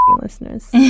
listeners